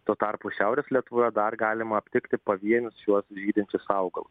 tuo tarpu šiaurės lietuvoje dar galima aptikti pavienius šiuos žydinčius augalus